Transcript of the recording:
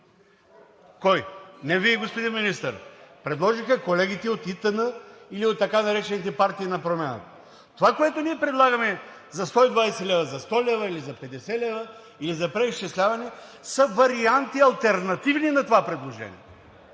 Кой? Не сте Вие, господин Министър, предложиха го колегите от ИТН или от така наречените партии на промяната. Това, което ние предлагаме за 120 лв., за 100 лв. или за 50 лв. или за преизчисляване, са варианти, алтернативни на това предложение,